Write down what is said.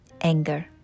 anger